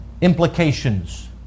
implications